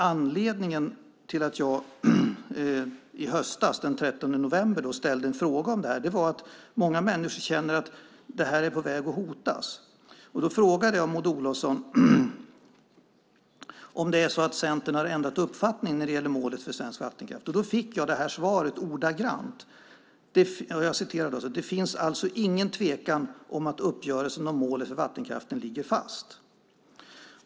Anledningen till att jag i höstas, den 13 november, ställde en fråga om detta var att många människor känner att det här är på väg att hotas. Jag frågade Maud Olofsson om Centern har ändrat uppfattning när det gäller målet för svensk vattenkraft. Då fick jag det här svaret: Det finns alltså ingen tvekan om att uppgörelsen om målet för vattenkraften ligger fast.